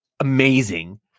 Amazing